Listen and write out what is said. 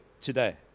today